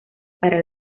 para